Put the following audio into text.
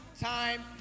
time